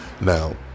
now